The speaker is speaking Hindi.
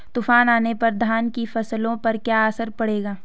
तूफान आने पर धान की फसलों पर क्या असर पड़ेगा?